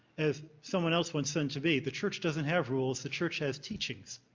as someone else once said to me, the church doesn't have rules. the church has teachings.